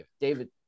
David